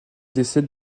décède